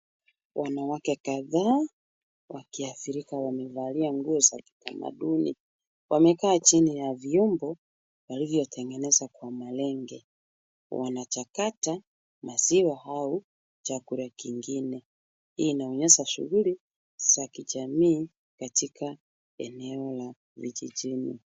Wanawake kadhaa wakiathirika wamevalia nguo za kitamaduni. Wamekaa chini ya vyombo vilivyotengenezwa kwa malenge. Wanachakata maziwa au chakula kingine. Hii inaonyesha shughuli za kijamii katika eneo la vijijini.